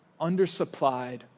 undersupplied